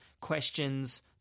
questions